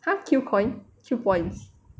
!huh! Q coin Q points